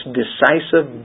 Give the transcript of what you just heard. decisive